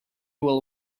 will